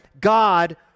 God